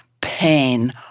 pain